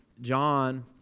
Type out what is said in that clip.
John